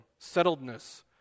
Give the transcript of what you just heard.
settledness